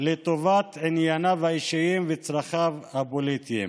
לטובת ענייניו האישיים וצרכיו הפוליטיים.